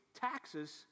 taxes